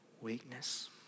weakness